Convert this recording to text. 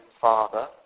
father